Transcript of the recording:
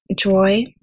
joy